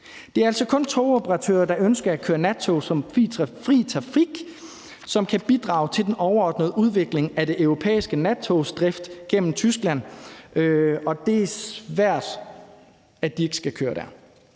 Det er altså kun togoperatører, der ønsker at køre nattog som fri trafik, som kan bidrage til den overordnede udvikling af den europæiske nattogsdrift gennem Tyskland, og det er svært at se, at de ikke skal køre der.